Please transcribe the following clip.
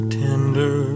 tender